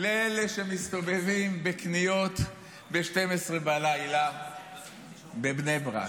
לאלה שמסתובבים בקניות ב-24:00 בבני ברק.